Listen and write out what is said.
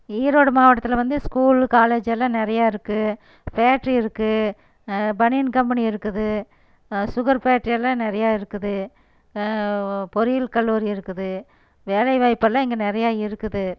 ஈரோடு மாவட்டத்தில் வந்து school college எல்லாம் நிறைய இருக்குது ஃபேக்ட்ரி இருக்குது பனியன் கம்பெனி இருக்குது சுகர் ஃபேக்ட்ரி எல்லாம் நிறைய இருக்குது பொறியியல் கல்லூரி இருக்குது வேலை வாய்ப்பெல்லாம் இங்கே நிறைய இருக்குது